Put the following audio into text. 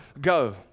Go